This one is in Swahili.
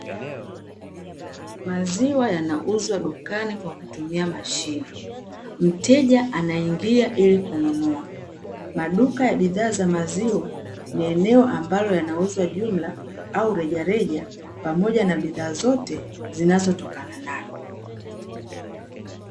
Maziwa yanauzwa dukani kwa kutumia mashine, mteja anaingia ili kununua. Maduka ya bidhaa za maziwa, ni eneo ambalo yanauzwa jumla au rejareja, pamoja na bidhaa zote zinazotokana nayo.